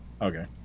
Okay